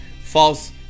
false